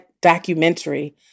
documentary